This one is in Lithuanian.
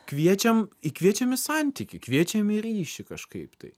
kviečiam į kviečiam į santykį kviečiam į ryšį kažkaip tai